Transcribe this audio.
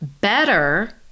better